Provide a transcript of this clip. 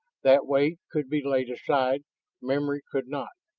that weight could be laid aside memory could not.